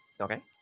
Okay